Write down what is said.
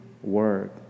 word